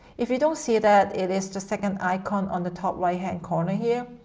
if you don't see that, it is the second icon on the top right hand corner here,